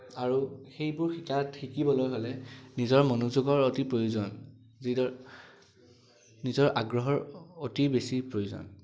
আৰু সেইবোৰ শিকাত শিকিবলৈ হ'লে নিজৰ মনোযোগৰ অতি প্ৰয়োজন যিদৰ নিজৰ আগ্ৰহৰ অতি বেছি প্ৰয়োজন